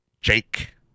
Jake